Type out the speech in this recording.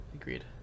Agreed